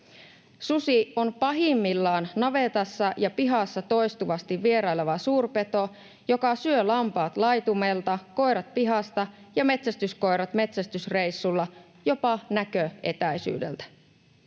Susi on pahimmillaan navetassa ja pihassa toistuvasti vieraileva suurpeto, joka syö lampaat laitumelta, koirat pihasta ja metsästyskoirat metsästysreissulla jopa näköetäisyydeltä.